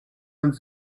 und